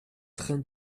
train